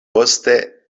poste